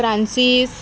Francis